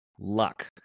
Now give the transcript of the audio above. luck